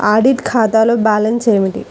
Audit ఖాతాలో balance ఏమిటీ?